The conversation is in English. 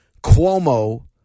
Cuomo